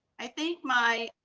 i think my